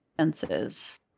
senses